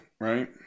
right